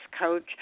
coach